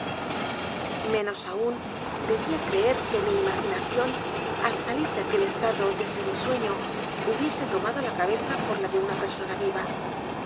menos aún debía creer que mi imaginación al salir de aquel estado de semi sueño hubiese tomado la cabeza por la de una persona viva